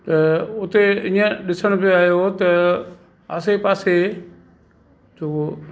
त उते ईअं ॾिसण पियो आयो त आसे पासे थो